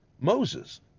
Moses